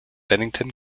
bennington